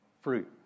fruit